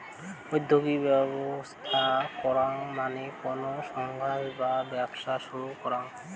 উদ্যোগী ব্যবস্থা করাঙ মানে কোনো সংস্থা বা ব্যবসা শুরু করাঙ